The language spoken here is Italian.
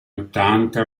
ottanta